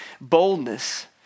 boldness